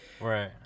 Right